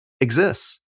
exists